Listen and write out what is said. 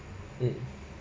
mm